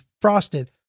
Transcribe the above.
frosted